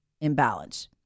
imbalance